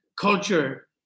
culture